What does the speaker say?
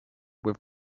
with